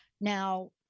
Now